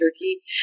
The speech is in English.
Turkey